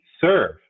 serve